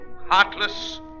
heartless